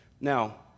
Now